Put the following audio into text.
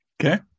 Okay